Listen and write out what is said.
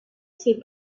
ses